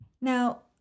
Now